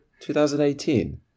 2018